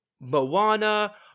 Moana